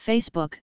Facebook